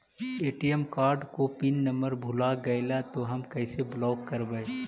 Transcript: ATM card को pin number भुला गैले तौ हम कैसे ब्लॉक करवै?